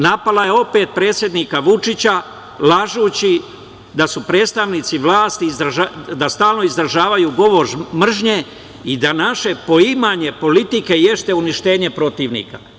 Napala je opet predsednika Vučića lažući da predstavnici vlasti stalno izražavaju govor mržnje i da naše poimanje politike jeste uništenje protivnika.